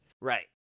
Right